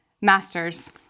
Masters